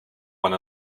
one